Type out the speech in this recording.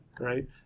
right